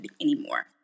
anymore